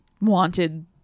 wanted